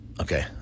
Okay